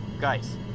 Guys